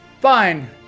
Fine